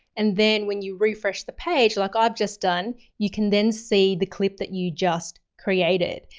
and then when you refresh the page like i've just done, you can then see the clip that you just created.